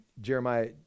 Jeremiah